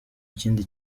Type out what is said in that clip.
ikindi